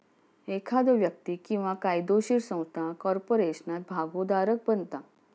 एखादो व्यक्ती किंवा कायदोशीर संस्था कॉर्पोरेशनात भागोधारक बनता